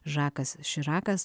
žakas širakas